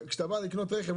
כשאתה בא לקנות רכב,